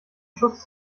schuss